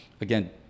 again